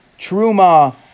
truma